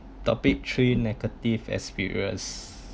topic three negative experience